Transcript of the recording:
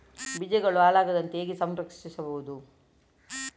ಬೀಜಗಳು ಹಾಳಾಗದಂತೆ ಹೇಗೆ ಸಂರಕ್ಷಿಸಬಹುದು?